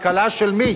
כלכלה של מי?